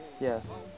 yes